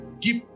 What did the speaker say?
give